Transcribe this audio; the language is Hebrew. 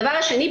הדבר השני,